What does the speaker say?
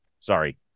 Sorry